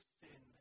sin